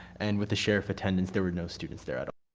and with the sheriff attendance, there was no students there at